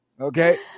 Okay